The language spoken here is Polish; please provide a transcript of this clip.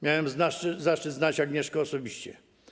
Miałem zaszczyt znać Agnieszkę osobiście.